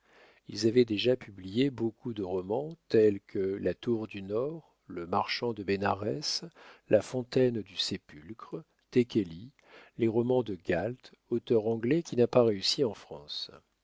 ils avaient déjà publié beaucoup de romans tels que la tour du nord le marchand de bénarès la fontaine du sépulcre tekeli les romans de galt auteur anglais qui n'a pas réussi en france